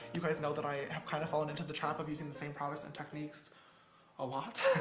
you guys know that i have kind of fallen into the trap of using the same products and techniques a lot.